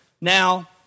Now